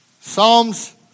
Psalms